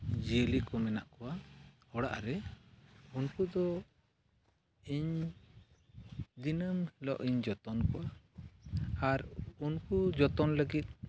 ᱡᱤᱭᱟᱹᱞᱤ ᱠᱚ ᱢᱮᱱᱟᱜ ᱠᱚᱣᱟ ᱚᱲᱟᱜ ᱨᱮ ᱩᱱᱠᱩ ᱫᱚ ᱤᱧ ᱫᱤᱱᱟᱹᱢ ᱦᱤᱞᱳᱜ ᱤᱧ ᱡᱚᱛᱚᱱ ᱠᱚᱣᱟ ᱟᱨ ᱩᱱᱠᱩ ᱡᱚᱛᱚᱱ ᱞᱟᱹᱜᱤᱫ